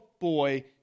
boy